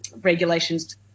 regulations